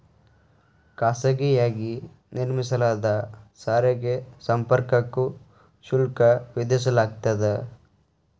ಖಾಸಗಿಯಾಗಿ ನಿರ್ಮಿಸಲಾದ ಸಾರಿಗೆ ಸಂಪರ್ಕಕ್ಕೂ ಶುಲ್ಕ ವಿಧಿಸಲಾಗ್ತದ